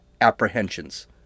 apprehensions